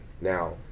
Now